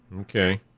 Okay